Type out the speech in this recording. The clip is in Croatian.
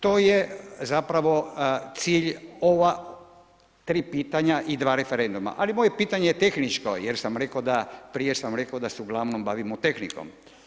To je zapravo cilj ova tri pitanja i dva referenduma, ali moje pitanje je tehničko jer sam rekao da, prije sam rekao se uglavnom bavimo tehnikom.